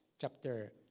Chapter